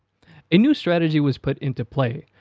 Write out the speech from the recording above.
a new strategy was put into play.